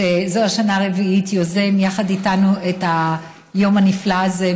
שזו השנה הרביעית שהוא יוזם יחד איתנו את היום הנפלא הזה,